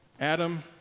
Adam